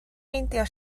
meindio